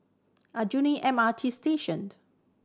Aljunied M R T Station